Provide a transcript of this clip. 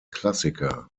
klassiker